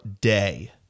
day